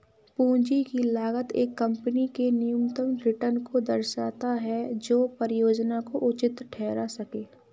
पूंजी की लागत एक कंपनी के न्यूनतम रिटर्न को दर्शाता है जो परियोजना को उचित ठहरा सकें